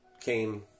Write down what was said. Came